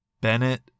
Bennett